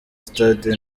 stade